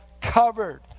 covered